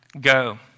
go